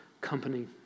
company